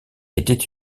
était